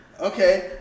Okay